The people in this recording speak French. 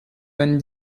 vingt